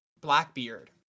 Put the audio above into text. Blackbeard